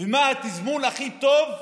מה התזמון הכי טוב בשבילו.